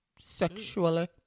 sexually